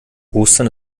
ostern